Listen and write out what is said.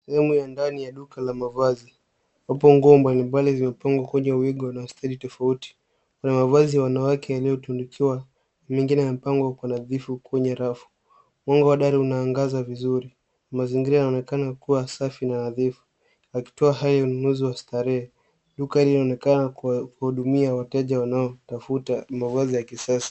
Sehemu ya ndani ya duka la mavazi ambapo nguo mbalimbali zimepangwa kwenye wigo na stendi tofauti. Kuna mavazi ya wanawake yaliyotundikiwa mengine yamepangwa kwa nadhifu kwenye rafu. Mwanga wa dari unaangaza vizuri mazingira yanaonekana kuwa safi na nadhifu yakitoa hali ya ununuzi wa starehe. Duka hili linaonekana kuhudumia wateja wanaotafuta mavazi ya kisasa.